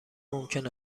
ممکن